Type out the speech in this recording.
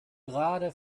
gerade